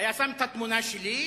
היתה שם תמונה שלי,